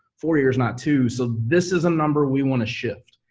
four years, not two, so this is a number we want to shift,